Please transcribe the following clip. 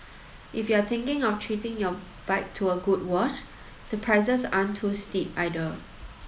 if you're thinking of treating your bike to a good wash the prices aren't too steep either